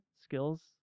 skills